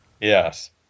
Yes